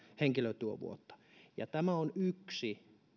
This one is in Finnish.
henkilötyövuotta tämä on yksi